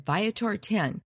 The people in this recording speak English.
Viator10